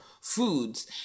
foods